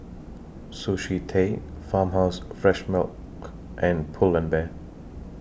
Sushi Tei Farmhouse Fresh Milk and Pull and Bear